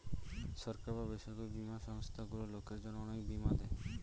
সরকারি বা বেসরকারি বীমা সংস্থারগুলো লোকের জন্য অনেক বীমা দেয়